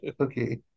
Okay